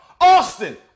Austin